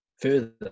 further